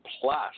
Plus